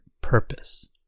purpose